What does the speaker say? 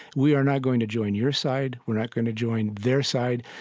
we are not going to join your side, we're not going to join their side,